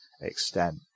extent